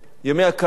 ימי הקיץ,